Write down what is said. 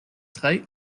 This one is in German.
drei